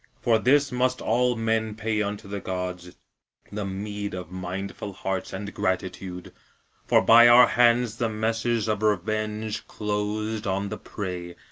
for this must all men pay unto the gods the meed of mindful hearts and gratitude for by our hands the meshes of revenge closed on the prey,